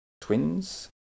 twins